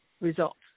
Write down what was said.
results